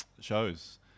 shows